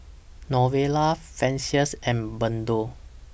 Novella Francine and Berton